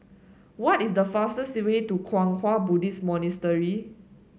what is the fastest way to Kwang Hua Buddhist Monastery